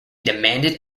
demanded